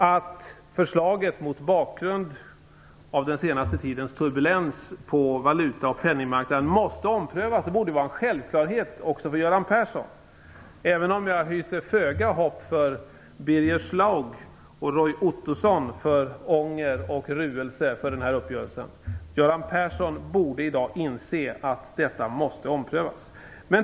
Att förslaget mot bakgrund av den senaste tidens turbulens på valuta och penningmarknaden måste omprövas borde vara en självklarhet också för Göran Persson, även om jag hyser föga hopp om att Birger Schlaug och Roy Ottosson skall känna ånger och ruelse över den här uppgörelsen. Göran Persson borde i dag inse att detta måste omprövas.